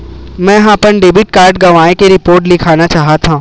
मेंहा अपन debit card गवाए के रिपोर्ट लिखना चाहत हव